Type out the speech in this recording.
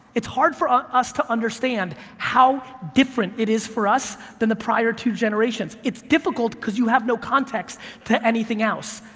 it's hard for ah us to understand how different it is for us than the prior two generations. it's difficult because you have no context to anything else,